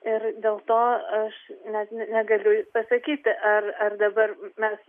ir dėl to aš net negaliu pasakyti ar ar dabar mes